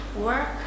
work